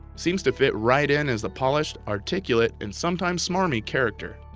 seems to fit right in as the polished, articulate, and sometimes smarmy character.